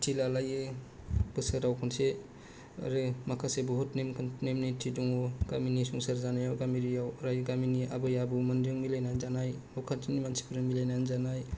फुरथि लालायो बोसोराव खनसे आरो माखासे बहुद नेम निति दङ गामिनि संसार जानायाव गामि एरियाआव गामिनि आबै आबौ मोनजों मिलायनानै जानाय न' खाथिनि मानसिफोरजों मिलायनानै जानाय